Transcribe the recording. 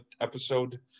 episode